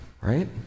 right